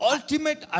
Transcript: Ultimate